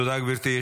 תודה, גברתי.